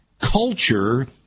culture